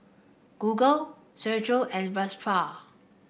Google and Vespa